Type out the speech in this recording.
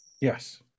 Yes